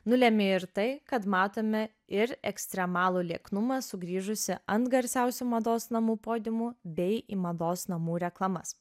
nulemia ir tai kad matome ir ekstremalų lieknumą sugrįžusį ant garsiausių mados namų podiumų bei į mados namų reklamas